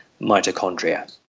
mitochondria